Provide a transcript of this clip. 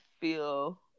feel